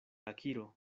akiro